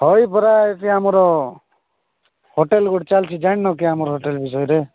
ହଇ ପରା ଏଠି ଆମର ହୋଟେଲ୍ ଗୋଟେ ଚାଲଛି ଜାଣିନ କି ଆମର ହୋଟେଲ୍ ବିଷୟରେ